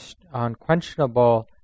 unquestionable